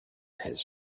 his